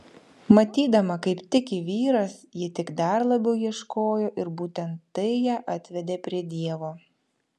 matydama kaip tiki vyras ji tik dar labiau ieškojo ir būtent tai ją atvedė prie dievo